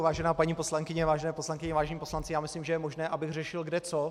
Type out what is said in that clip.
Vážená paní poslankyně, vážené poslankyně, vážení poslanci, myslím, že je možné, abych řešil kde co.